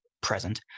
present